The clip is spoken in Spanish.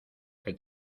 que